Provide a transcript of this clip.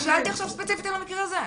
אני שאלתי עכשיו ספציפית על המקרה הזה.